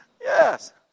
Yes